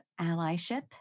allyship